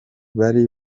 bari